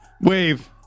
Wave